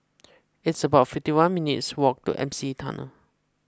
it's about fifty one minutes' walk to M C Tunnel